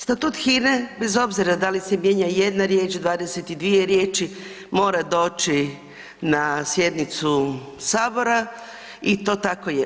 Statut HINE bez obzira da li se mijenja jedna riječ, 22 riječi mora doći na sjednicu sabora i to tako je.